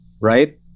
Right